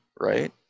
Right